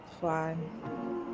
Fine